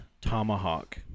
Tomahawk